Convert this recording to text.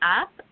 up